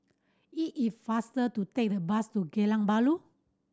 it is faster to take the bus to Geylang Bahru